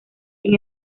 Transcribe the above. sin